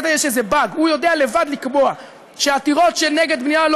יש איזה באג: הוא יודע לבד לקבוע שעתירות שהן נגד בנייה לא